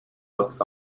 books